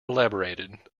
elaborated